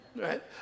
right